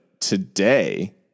today